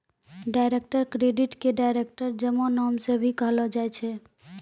direct credit के direct जमा नाम से भी कहलो जाय छै